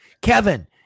kevin